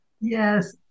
yes